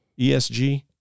ESG